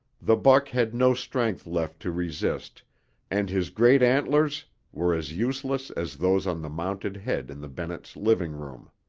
the buck had no strength left to resist and his great antlers were as useless as those on the mounted head in the bennetts' living room.